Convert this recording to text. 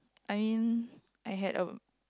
I mean I had a